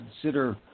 consider